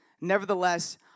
Nevertheless